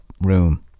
room